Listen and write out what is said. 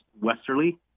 westerly